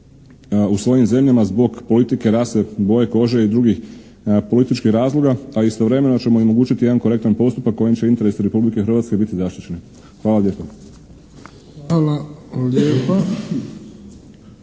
u svojim zemljama zbog politike, rase, boje kože i drugih političkih razloga a istovremeno ćemo im omogućiti jedan korektan postupak kojim će interesi Republike Hrvatske biti zaštićeni. Hvala lijepa.